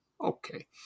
okay